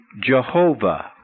Jehovah